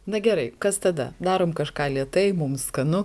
na gerai kas tada darom kažką lėtai mums skanu